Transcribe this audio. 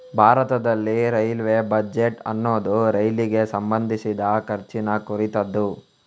ಭಾರತದಲ್ಲಿ railway budget ಅನ್ನುದು ರೈಲಿಗೆ ಸಂಬಂಧಿಸಿದ ಖರ್ಚಿನ ಕುರಿತದ್ದು